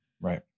Right